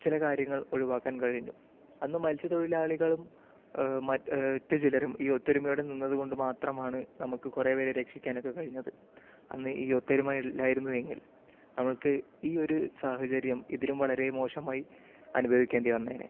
ചില കാര്യങ്ങൾ ഒഴിവാക്കാൻ കഴിയുന്നു അന്ന് മത്സ്യ തൊഴിലാളികളും മറ്റ് ചിലരും ഈ ഒത്തൊരുമയോടെ നിന്നതുകൊണ്ട് മാത്രമാണ് നമുക്ക് കുറേപ്പേരെ രക്ഷിക്കാൻ ഒക്കെ കഴിഞ്ഞത് അന്ന് ഈ ഒത്തൊരുമ ഇല്ലായിരുന്നു എങ്കിൽ നമുക്ക് ഈ ഒരു സാഹചര്യം ഇതിലും വളരെ മോശമായി അനുഭവിക്കേണ്ടി വന്നനെ